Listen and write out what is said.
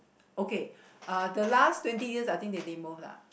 okay uh the last twenty years I think they didn't move lah